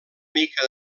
mica